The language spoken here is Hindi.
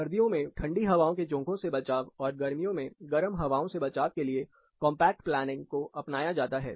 सर्दियों में ठंडी हवाओं के झोंकों से बचाव और गर्मियों में गर्म हवाओं से बचाव के लिए कंपैक्ट प्लानिंग को अपनाया जाता है